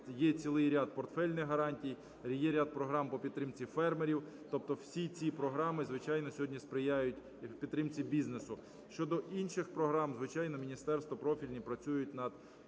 Є цілий ряд портфельних гарантій, є ряд програм по підтримці фермерів. Тобто всі ці програми, звичайно, сьогодні сприяють підтримці бізнесу. Щодо інших програм, звичайно, міністерства профільні працюють над